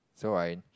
so I